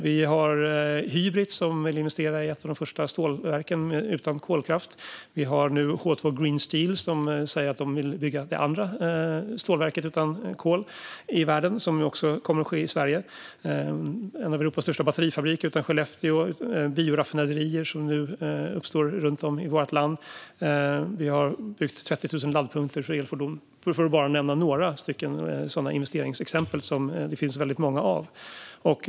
Vi har Hybrit som vill investera i ett av de första stålverken utan kolkraft, vi har nu H2 Green Steel som säger att de vill bygga det andra stålverket utan kol i världen, vilket också kommer att ske i Sverige, och vi har en av Europas största batterifabriker utanför Skellefteå. Bioraffinaderier uppstår nu runt om i vårt land, och vi har byggt 30 000 laddpunkter för elfordon, detta bara för att nämna några investeringsexempel som det finns väldigt många av.